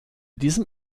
diesem